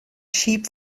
sheep